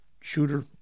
shooter